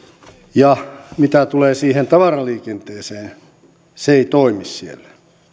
mitä tulee siihen tavaraliikenteeseen se ei toimi siellä